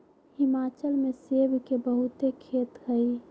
हिमाचल में सेब के बहुते खेत हई